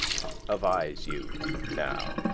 avise you now,